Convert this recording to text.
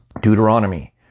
Deuteronomy